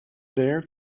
there